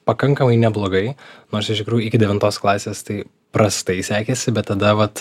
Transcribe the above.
pakankamai neblogai nors iš tikrųjų iki devintos klasės tai prastai sekėsi bet tada vat